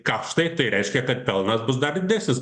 kaštai tai reiškia kad pelnas bus dar didesnis